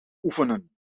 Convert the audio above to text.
oefenen